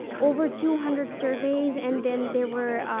over two hundred surveys, and then there were, ah,